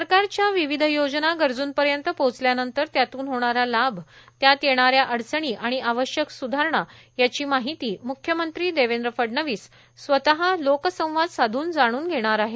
सरकारच्या विविध योजना गरजूंपर्यंत पोहचल्यानंतर त्यातून होणारा लाभ त्यात येणाऱ्या अडचणी आणि आवश्यक सुधारणा याची माहिती म्ख्यमंत्री देवेंद्र फडणवीस स्वतः लोक संवाद साधून जाणून घेणार आहेत